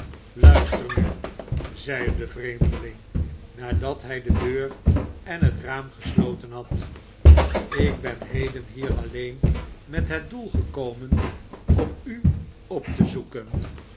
luister nu zeide de vreemdeling nadat hij de deur en het raam gesloten had ik bert heden hier alleen met het doel gekomen om u op te zoeken